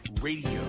Radio